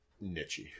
niche